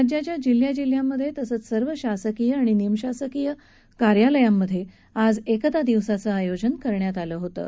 राज्याच्या जिल्ह्या जिल्ह्यांमधे तसंच सर्व शासकीय आणि निमशासकीय कार्यालयामधे आज एकता दिवसाचं आयोजन करण्यात आलं होतं